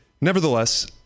Nevertheless